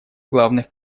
главных